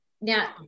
Now